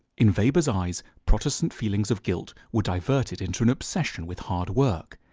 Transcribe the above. in weber's eyes protestant feelings of guilt were diverted into an obsession with hard work.